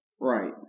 Right